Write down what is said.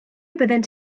byddent